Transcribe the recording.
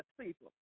people